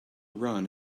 run